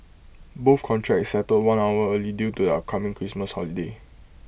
both contracts settled one hour early due to upcoming Christmas holiday